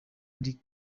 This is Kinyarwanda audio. ludic